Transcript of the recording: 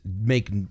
make